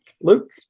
Luke